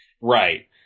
right